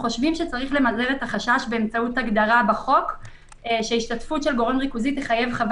יש רשימה של הגורמים הריכוזיים לפי חוק הריכוזיות.